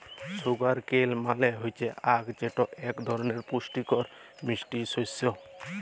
sugar কেল মাল হচ্যে আখ যেটা এক ধরলের পুষ্টিকর মিষ্টি শস্য